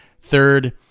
third